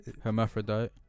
Hermaphrodite